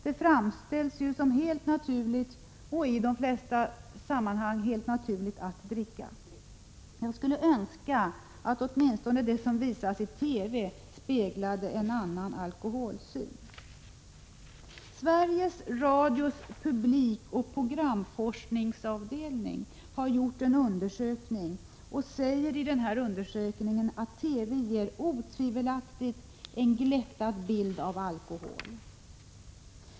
Det framställs ju som helt naturligt att i de flesta sammanhang dricka. Man skulle önska att åtminstone det som visas i TV speglade en annan alkoholsyn. Sveriges Radios publikoch programforskningsavdelning har gjort en undersökning och säger i denna att TV otvivelaktigt ger en glättad bild av alkohol.